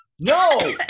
No